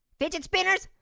fidget spinners,